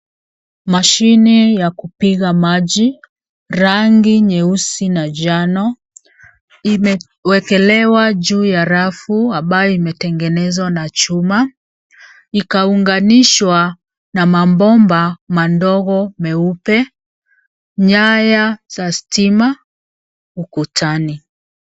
Mashine ya kupiga maji, rangi nyeusi na njano imewekelea juu ya rafu ambayo imetengenezwa na chuma ikaunganishwa na mabomba madogo meupe ,nyaya za stima ukutani.